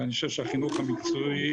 אני חושב שהחינוך המקצועי,